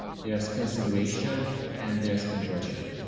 there's consideration and there's conversion.